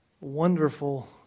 wonderful